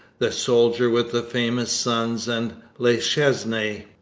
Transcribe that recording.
the soldier with the famous sons, and la chesnaye.